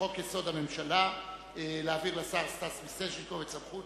לחוק-יסוד: הממשלה להעביר לשר סטס מיסז'ניקוב את סמכות